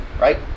right